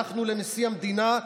הלכנו לנשיא המדינה,